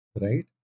right